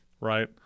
Right